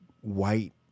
white